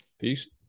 Peace